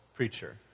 Preacher